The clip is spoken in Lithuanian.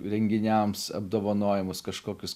renginiams apdovanojimus kažkokius